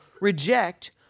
reject